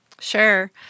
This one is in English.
Sure